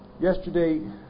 Yesterday